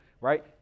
right